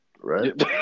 right